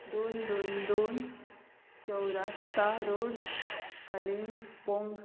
दोन दोन दोन चौरस्ता रोड कालिमपोंग